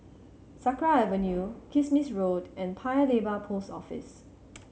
Sakra Avenue Kismis Road and Paya Lebar Post Office